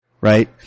right